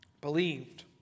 believed